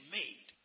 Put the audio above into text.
made